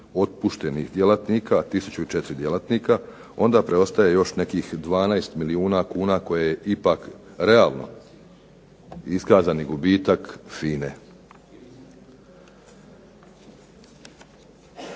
otpuštenih djelatnika tisuću i 4 djelatnika, onda preostaje nekih 12 milijuna kuna koje ipak realno iskazani gubitak FINA-e.